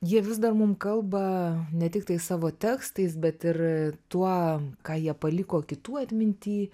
jie vis dar mum kalba ne tiktai savo tekstais bet ir tuo ką jie paliko kitų atminty